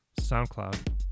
SoundCloud